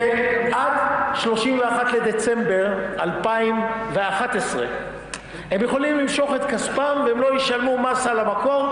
שעד 31 בדצמבר 2011 הם יכולים למשוך את כספם והם לא ישלמו מס על המקור,